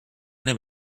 name